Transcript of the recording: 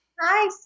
Hi